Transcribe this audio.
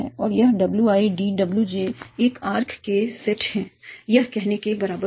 और यह w i d w j एक आर्क के सेट में हैं यह कहने के बराबर है